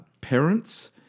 parents